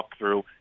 walkthrough